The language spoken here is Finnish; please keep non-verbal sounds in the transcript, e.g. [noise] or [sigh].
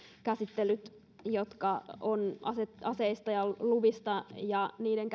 käsittelyt jotka on aseista ja luvista ja niiden [unintelligible]